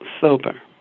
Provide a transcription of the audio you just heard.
sober